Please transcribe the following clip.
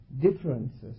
differences